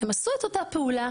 הם עשו את אותה פעולה,